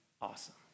awesome